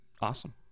Awesome